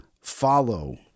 follow